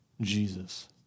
Jesus